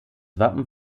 wappen